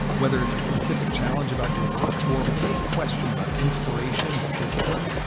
whether it's a specific challenge about your work or a big question about inspiration and discipline.